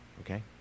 Okay